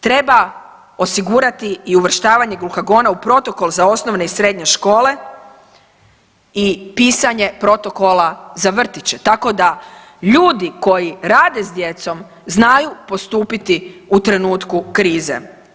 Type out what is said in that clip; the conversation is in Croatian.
Treba osigurati i uvrštavanje glukagona u protokol za osnovne i srednje škole i pisanje protokola za vrtiće, tako da ljudi koji rade s djecom znaju postupiti u trenutku krize.